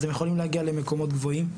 אז הם יכולים להגיע למקומות גבוהים.